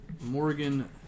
Morgan